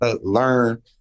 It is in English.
learn